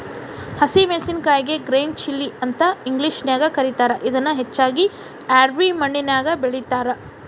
ಹಸಿ ಮೆನ್ಸಸಿನಕಾಯಿಗೆ green chilli ಅಂತ ಇಂಗ್ಲೇಷನ್ಯಾಗ ಕರೇತಾರ, ಇದನ್ನ ಹೆಚ್ಚಾಗಿ ರ್ಯಾವಿ ಮಣ್ಣಿನ್ಯಾಗ ಬೆಳೇತಾರ